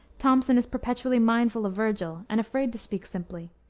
thomson is perpetually mindful of vergil, and afraid to speak simply.